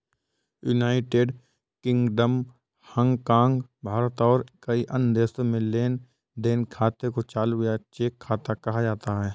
United Kingdom, Hong Kong, भारत और कई अन्य देशों में लेन देन खाते को चालू या चेक खाता कहा जाता है